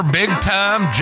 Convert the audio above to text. big-time